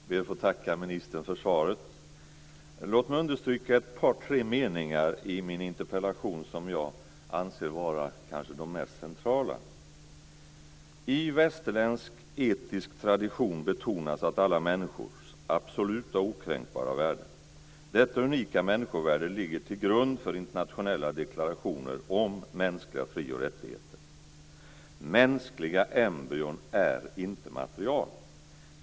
Herr talman! Jag ber att få tacka ministern för svaret. Låt mig understryka några meningar i min interpellation som jag anser vara de kanske mest centrala: I västerländsk etisk tradition betonas alla människors absoluta och okränkbara värde. Detta unika människovärde ligger till grund för internationella deklarationer om mänskliga fri och rättigheter. Mänskliga embryon är inte material.